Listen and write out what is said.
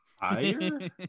Higher